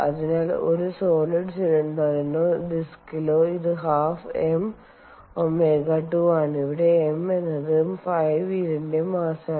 അതിനാൽ ഒരു സോളിഡ് സിലിണ്ടറിനോ ഡിസ്കിലോ ഇത് 12 M ω2 ആണ് ഇവിടെ M എന്നത് ഫ്ലൈ വീലിന്റെ മസ്സാണ്